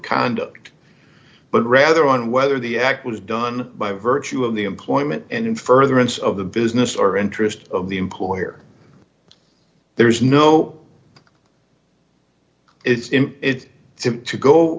conduct but rather on whether the act was done by virtue of the employment and in furtherance of the business or interest of the employer there's no it's in it simply to go